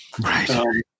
Right